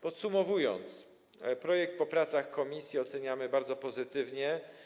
Podsumowując, projekt po pracach komisji oceniamy bardzo pozytywnie.